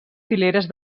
fileres